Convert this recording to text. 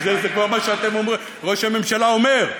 זה מה שראש הממשלה אומר.